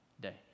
day